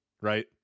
right